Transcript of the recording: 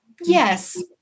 Yes